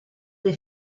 dai